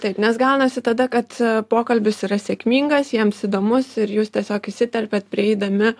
taip nes gaunasi tada kad pokalbis yra sėkmingas jiems įdomus ir jūs tiesiog įsiterpiat prieidami